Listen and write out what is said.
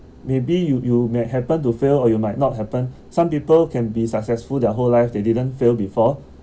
maybe you you may happen to fail or you might not happen some people can be successful their whole life they didn't fail before